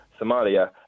Somalia